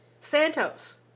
Santos